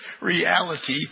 reality